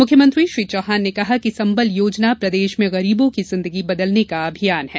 मुख्यमंत्री श्री चौहान ने कहा कि संबल योजना प्रदेश में गरीबों की जिन्दगी बदलने का अभियान है